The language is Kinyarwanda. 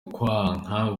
kwanka